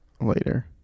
later